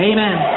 Amen